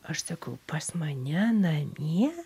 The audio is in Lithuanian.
aš sakau pas mane namie